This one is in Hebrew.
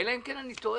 אלא אם כן אני טועה.